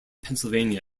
pennsylvania